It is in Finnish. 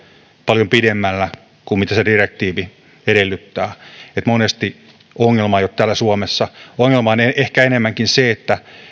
paljon pidemmällä kuin mitä se direktiivi edellyttää eli monesti ongelma ei ole täällä suomessa ongelma on ehkä enemmänkin se että